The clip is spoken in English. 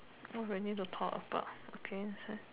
what we need to talk about against